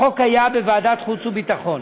החוק היה בוועדת החוץ והביטחון,